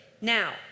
Now